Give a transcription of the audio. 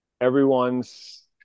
Everyone's